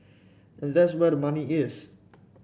and that's where the money is